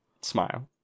smile